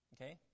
Okay